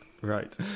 right